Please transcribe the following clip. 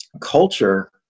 culture